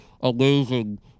amazing